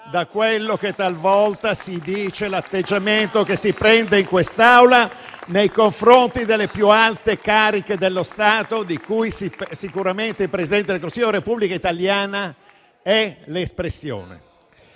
da quello che talvolta si dice, dall'atteggiamento che si prende in quest'Aula nei confronti delle più alte cariche dello Stato, di cui sicuramente il Presidente del Consiglio della Repubblica italiana è l'espressione.